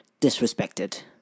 disrespected